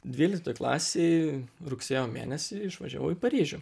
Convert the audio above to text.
dvyliktoj klasėj rugsėjo mėnesį išvažiavau į paryžių